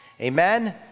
Amen